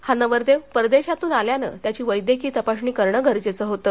हा नवरदेव परदेशातून आल्याने त्याची वैद्यकीय तपासणी करणे गरजेचंहोतं